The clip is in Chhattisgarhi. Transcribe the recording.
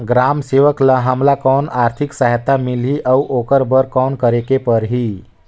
ग्राम सेवक ल हमला कौन आरथिक सहायता मिलही अउ ओकर बर कौन करे के परही?